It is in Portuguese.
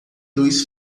dois